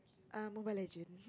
err Mobile Legend